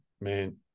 man